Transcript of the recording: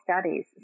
studies